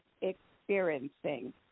experiencing